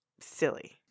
silly